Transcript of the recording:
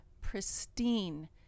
pristine